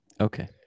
Okay